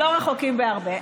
לא רחוקים בהרבה.